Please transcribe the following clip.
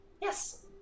Yes